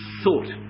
thought